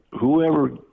whoever